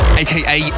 aka